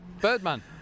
Birdman